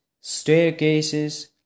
staircases